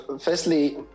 firstly